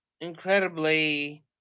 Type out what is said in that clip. incredibly